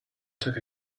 took